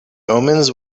omens